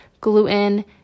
gluten